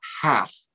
half